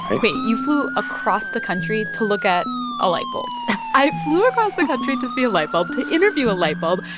right? wait. you flew across the country to look at a light bulb i flew across the country to see a light bulb, to interview a light bulb.